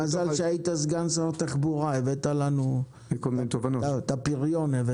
מזל שהיית סגן שר התחבורה, הבאת לנו את הפריון.